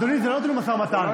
אדוני, זה לא נתון למשא ומתן.